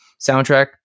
soundtrack